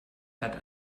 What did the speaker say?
hat